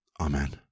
Amen